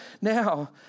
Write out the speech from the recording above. Now